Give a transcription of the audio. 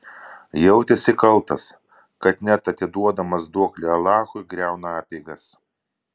jautėsi kaltas kad net atiduodamas duoklę alachui griauna apeigas